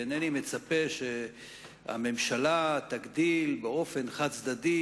ואינני מצפה שהממשלה תגדיל באופן חד-צדדי